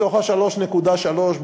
מתוך ה-3.3,